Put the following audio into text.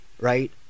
right